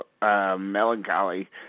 melancholy